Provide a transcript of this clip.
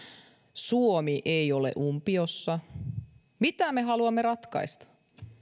suomi ei ole umpiossa mitä me haluamme ratkaista